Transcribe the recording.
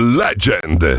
legend